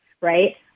right